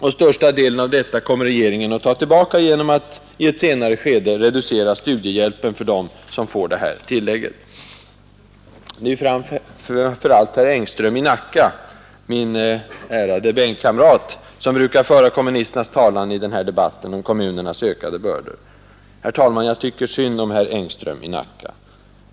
Och största delen av detta kommer regeringen att ta tillbaka genom att i ett senare skede reducera studiehjälpen för dem som får det här tillägget. Det är ju framför allt herr Engström i Nacka, min ärade bänkkamrat, som brukar föra kommunisternas talan i debatten om kommunernas ökade bördor. Herr talman! Jag tycker synd om herr Engström i Nacka.